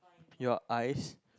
your eyes